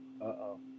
Uh-oh